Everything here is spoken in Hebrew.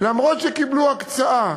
למרות שקיבלו הקצאה,